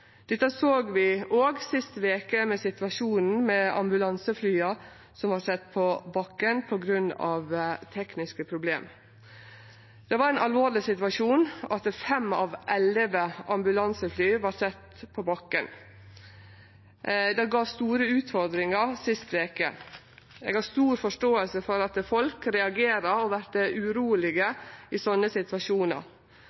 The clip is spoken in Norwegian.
Dette såg vi òg sist veke med situasjonen med ambulanseflya som vart sette på bakken på grunn av tekniske problem. Det var ein alvorleg situasjon at fem av elleve ambulansefly vart sette på bakken. Det gav store utfordringar sist veke. Eg har stor forståing for at folk reagerer og vert urolege